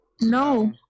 No